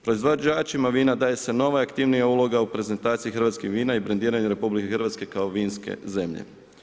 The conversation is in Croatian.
Proizvođačima vina daje se nova i aktivnija uloga u prezentaciji hrvatskih vina i brendiranje RH kao vinske zemlje.